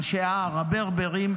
אנשי ההר הברברים,